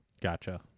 Gotcha